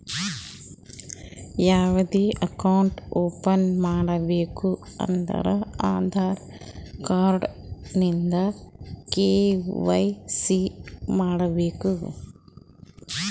ಯಾವ್ದೇ account open ಮಾಡ್ಬೇಕ ಅಂದುರ್ ಆಧಾರ್ ಕಾರ್ಡ್ ಇಂದ ಕೆ.ವೈ.ಸಿ ಮಾಡ್ಸಬೇಕ್